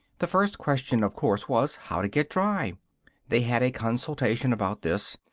the first question of course was, how to get dry they had a consultation about this,